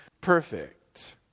perfect